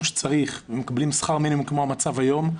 שצריך ומקבלים שכר מינימום כפי שזה היום,